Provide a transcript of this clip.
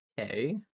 Okay